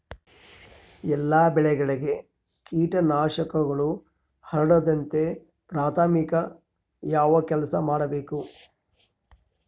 ಎಲ್ಲ ಬೆಳೆಗಳಿಗೆ ಕೇಟನಾಶಕಗಳು ಹರಡದಂತೆ ಪ್ರಾಥಮಿಕ ಯಾವ ಕೆಲಸ ಮಾಡಬೇಕು?